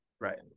Right